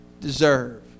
deserve